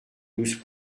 douze